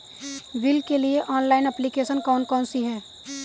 Bill के लिए online application कौन कौन सी हैं?